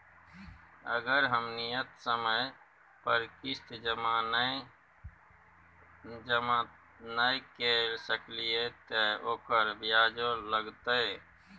अगर हम नियत समय पर किस्त जमा नय के सकलिए त ओकर ब्याजो लगतै?